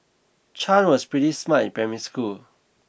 Chan was pretty smart in primary school